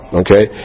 okay